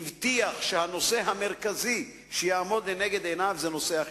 הבטיח שהנושא המרכזי שיעמוד לנגד עיניו יהיה נושא החינוך.